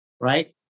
right